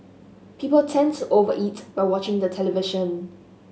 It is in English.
people tend to over eat while watching the television